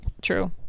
True